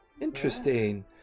Interesting